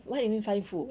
what you mean find food